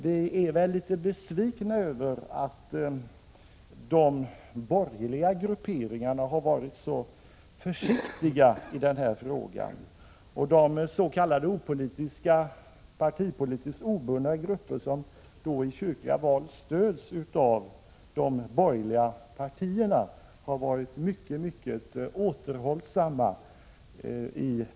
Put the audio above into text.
Vi är litet besvikna över att de borgerliga grupperingarna varit så försiktiga i frågan, och de s.k. partipolitiskt obundna grupperna, som i kyrkliga val stöds av de borgerliga partierna, har varit mycket, mycket återhållsamma.